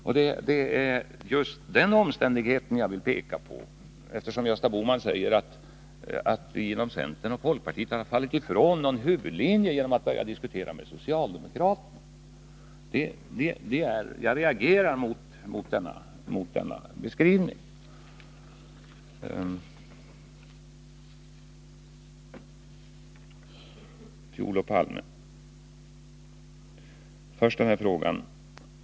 Det är just den omständigheten jag vill peka på, eftersom Gösta Bohman säger att vi inom centern och folkpartiet har gått ifrån en huvudlinje genom att börja diskutera med socialdemokraterna. Jag reagerar mot den beskrivningen. Olof Palme!